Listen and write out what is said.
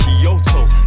kyoto